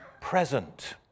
present